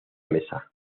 mesa